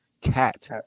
Cat